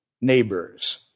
neighbors